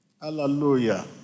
Hallelujah